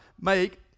make